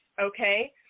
Okay